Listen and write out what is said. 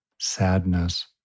sadness